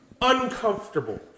Uncomfortable